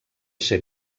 ser